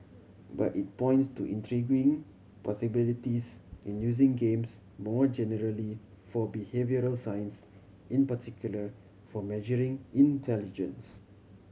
but it points to intriguing possibilities in using games more generally for behavioural science in particular for measuring intelligence